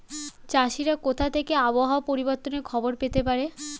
চাষিরা কোথা থেকে আবহাওয়া পরিবর্তনের খবর পেতে পারে?